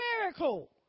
miracle